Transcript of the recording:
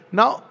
Now